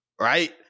right